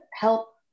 help